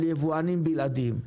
על יבואנים בלעדיים,